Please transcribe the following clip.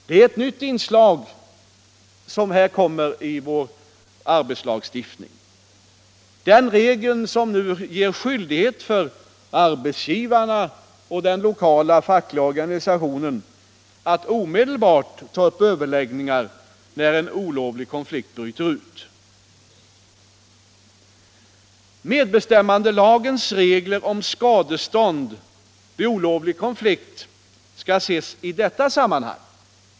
Den regel som nu ger skyldighet för arbetsgivarna och den lokala fackliga organisationen att omedelbart ta upp överläggningar när en olovlig konflikt bryter ut är ett nytt inslag i vår arbetslagstiftning. Medbestämmandelagens regler om skadestånd vid olovlig konflikt skall ses i detta sammanhang.